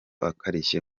akarishye